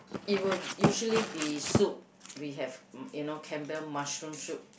it will usually be soup we have you know Campbell mushroom soup